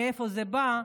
מאיפה זה בא.